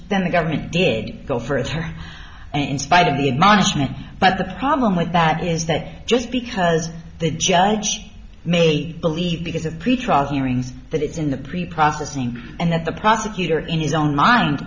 the government did go for it or in spite of the announcement but the problem with that is that just because the judge may believe because of pretrial hearings that it's in the pre processing and that the prosecutor in his own mind